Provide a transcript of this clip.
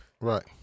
Right